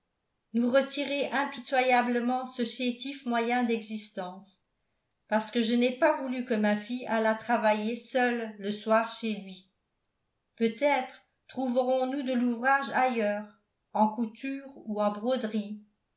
nous retirer impitoyablement ce chétif moyen d'existence parce que je n'ai pas voulu que ma fille allât travailler seule le soir chez lui peut-être trouverons-nous de l'ouvrage ailleurs en couture ou en broderie